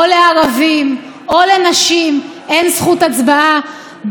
או לערבים או לנשים אין זכות הצבעה,